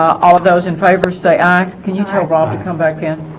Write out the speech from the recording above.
all of those in favor say aye can you tell bob to come back in